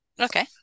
Okay